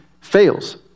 fails